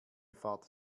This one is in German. fahrt